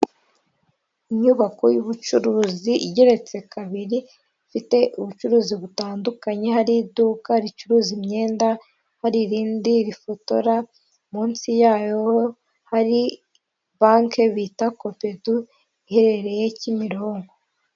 Inyubako y'ubucuruzi igeretse kabiri, ifite ubucuruzi butandukanye, hari iduka ricuruza imyenda, hari irindi rifotora, munsi yayo hari banki bita kopedu iherereye Kimironko.